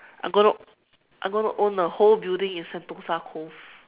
I'm going to I'm going to own a whole building in Sentosa cove